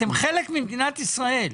אתם חלק ממדינת ישראל.